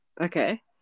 Okay